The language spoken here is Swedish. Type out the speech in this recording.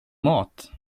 mat